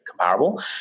comparable